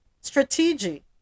Strategic